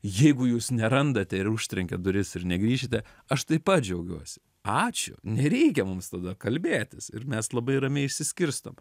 jeigu jūs nerandate ir užtrenkiat duris ir negrįšite aš taip pat džiaugiuosi ačiū nereikia mums tada kalbėtis ir mes labai ramiai išsiskirstom